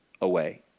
away